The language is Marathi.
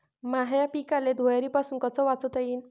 माह्या पिकाले धुयारीपासुन कस वाचवता येईन?